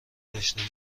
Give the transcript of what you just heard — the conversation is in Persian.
داشته